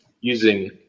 using